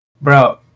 Bro